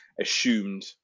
assumed